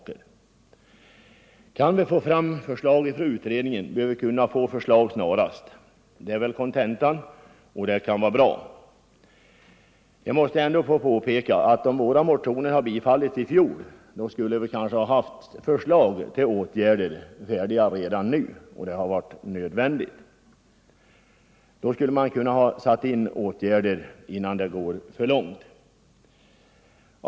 Kan vi få fram förslag från utredningen bör riksdagen snarast få ta ställning till dem. Det är bra. Jag måste ändå påpeka att om våra motioner hade bifallits i fjol skulle vi kanske haft förslag till åtgärder färdiga redan nu. I så fall kunde åtgärder ha vidtagits innan det gått för långt.